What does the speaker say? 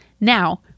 Now